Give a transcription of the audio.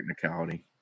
technicality